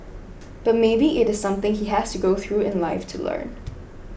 but maybe it is something he has to go through in life to learn